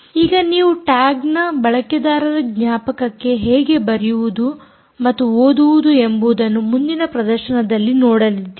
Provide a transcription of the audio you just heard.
ಈಗ ನೀವು ಟ್ಯಾಗ್ ನ ಬಳಕೆದಾರರ ಜ್ಞಾಪಕಕ್ಕೆ ಹೇಗೆ ಬರೆಯುವುದು ಮತ್ತು ಓದುವುದು ಎಂಬುದನ್ನು ಮುಂದಿನ ಪ್ರದರ್ಶನದಲ್ಲಿ ನೋಡಲಿದ್ದೀರಿ